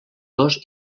dos